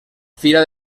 fira